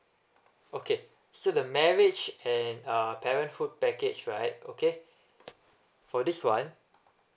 okay so the marriage and uh parenthood package right okay for this one